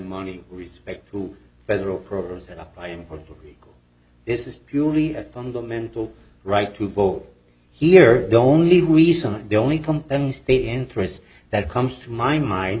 money respect to federal programs set up for this is purely a fundamental right to vote here the only reason the only company state interest that comes to my mind